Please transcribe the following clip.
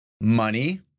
Money